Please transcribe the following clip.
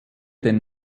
den